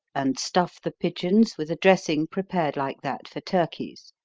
and stuff the pigeons with a dressing prepared like that for turkeys,